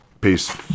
Peace